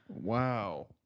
Wow